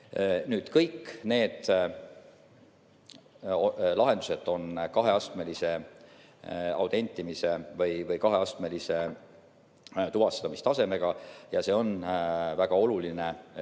Kõik need lahendused on kaheastmelise autentimise või kaheastmelise tuvastamistasemega. See on väga oluline, et